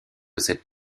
cette